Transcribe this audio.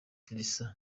risa